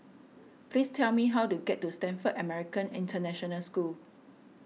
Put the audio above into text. please tell me how to get to Stamford American International School